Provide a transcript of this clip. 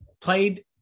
Played